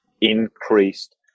increased